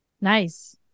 Nice